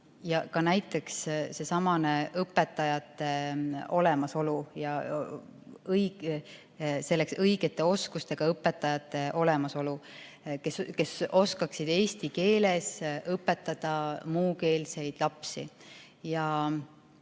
ka näiteks seesama õpetajate olemasolu ja õigete oskustega õpetajate olemasolu, kes oskaksid eesti keeles õpetada muukeelseid lapsi.